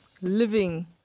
living